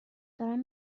دارم